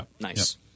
nice